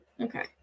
Okay